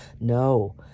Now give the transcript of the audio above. no